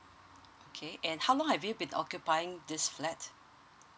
okay and how long have you been occupying this flat